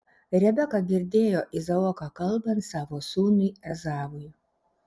rebeka girdėjo izaoką kalbant savo sūnui ezavui